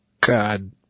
God